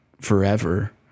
forever